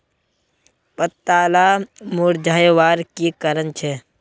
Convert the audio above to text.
पत्ताला मुरझ्वार की कारण छे?